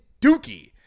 dookie